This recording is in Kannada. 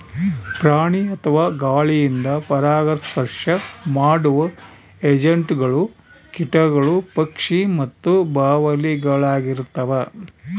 ಪ್ರಾಣಿ ಅಥವಾ ಗಾಳಿಯಿಂದ ಪರಾಗಸ್ಪರ್ಶ ಮಾಡುವ ಏಜೆಂಟ್ಗಳು ಕೀಟಗಳು ಪಕ್ಷಿ ಮತ್ತು ಬಾವಲಿಳಾಗಿರ್ತವ